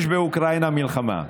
יש באוקראינה מלחמה,